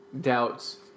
doubts